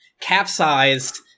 capsized